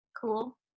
Cool